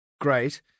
great